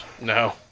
No